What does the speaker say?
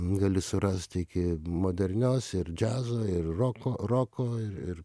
gali surast iki modernios ir džiazo ir roko roko ir